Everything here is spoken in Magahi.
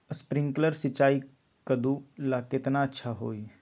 स्प्रिंकलर सिंचाई कददु ला केतना अच्छा होई?